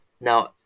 Now